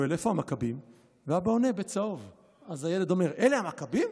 והאבא עונה: אם אתה ממשיך עם השאלות האלה,